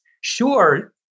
Sure